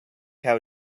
how